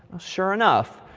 sure enough.